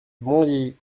bondy